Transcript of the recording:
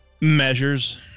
measures